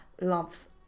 love's